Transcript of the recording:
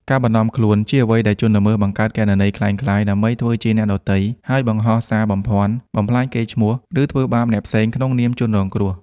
ការបន្លំខ្លួន ជាអ្វីដែលជនល្មើសបង្កើតគណនីក្លែងក្លាយដើម្បីធ្វើជាអ្នកដទៃ ហើយបង្ហោះសារបំភាន់ បំផ្លាញកេរ្តិ៍ឈ្មោះ ឬធ្វើបាបអ្នកផ្សេងក្នុងនាមជនរងគ្រោះ។